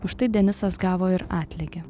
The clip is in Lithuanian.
už tai denisas gavo ir atlygio